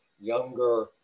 younger